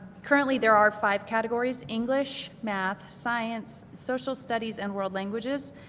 currently there are five categories, english, math, science, social studies, and world linkages.